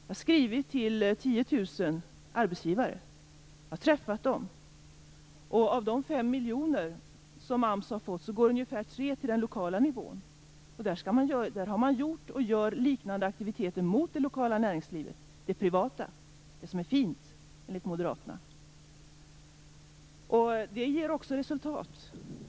Vi har skrivit till 10 000 arbetsgivare, och jag har träffat företrädare för dem. Av de 5 miljoner som AMS har fått går ungefär 3 miljoner till den lokala nivån, och där har man gjort och gör liknande aktiviteter riktade till det lokala privata näringslivet, det som enligt moderaterna är fint. Detta ger också resultat.